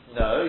no